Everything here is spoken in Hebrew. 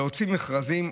להוציא מכרזים.